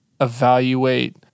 evaluate